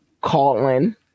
Colin